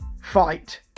fight